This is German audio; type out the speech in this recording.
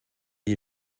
die